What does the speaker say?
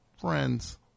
Friends